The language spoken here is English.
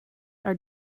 are